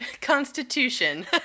constitution